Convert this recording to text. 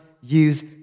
use